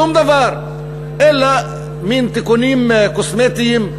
שום דבר אלא מין תיקונים קוסמטיים,